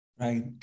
Right